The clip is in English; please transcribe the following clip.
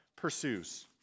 pursues